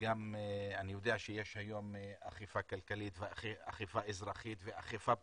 ואני יודע שיש היום אכיפה כלכלית ואכיפה אזרחית ואכיפה פלילית.